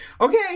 okay